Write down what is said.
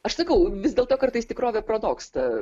aš sakau vis dėlto kartais tikrovė pranoksta